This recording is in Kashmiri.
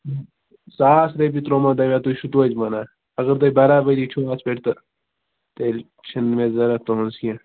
ساس رۄپیہِ ترٛوومو تۄہہِ مےٚ تُہۍ چھُو توتہِ وَنان اگر تۄہہِ برابٔری چھُو اَتھ پٮ۪ٹھ تہٕ تیٚلہِ چھِنہٕ مےٚ ضروٗرت تُہٕنٛز کیٚنٛہہ